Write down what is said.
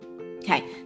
Okay